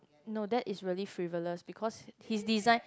no that is really frivolous because his design